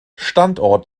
standort